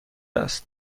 است